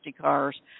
cars